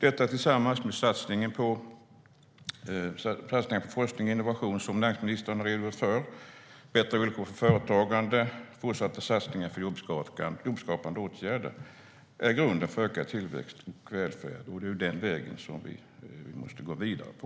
Detta tillsammans med satsningar på forskning och innovation, som näringsministern har redogjort för, bättre villkor för företagande och fortsatta satsningar på jobbskapande åtgärder är grunden för ökad tillväxt och välfärd. Det är den vägen som vi måste gå vidare på.